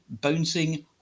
bouncing